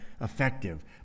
effective